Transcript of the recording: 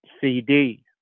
CD